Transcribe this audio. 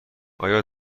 آیا